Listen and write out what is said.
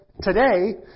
today